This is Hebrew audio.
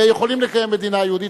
ויכולים לקיים מדינה יהודית,